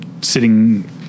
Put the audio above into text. sitting